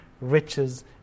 riches